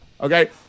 okay